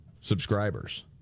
subscribers